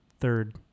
third